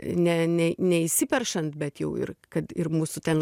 ne ne neįsiperšant bet jau ir kad ir mūsų ten